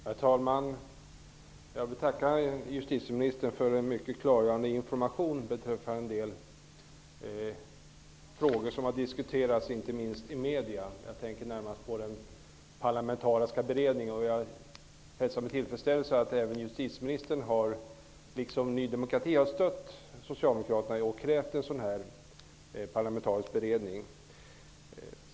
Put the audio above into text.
Herr talman! Jag vill tacka justitieministern för en mycket klargörande information beträffande en del frågor som inte minst har diskuterats i media. Jag tänker närmast på den parlamentariska beredningen. Jag hälsar med tillfredsställelse att justitieministern liksom Ny demokrati har stött Socialdemokraterna och krävt en parlamentarisk beredning.